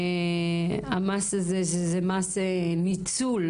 המס הזה הוא מס ניצול